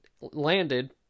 landed